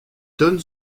donne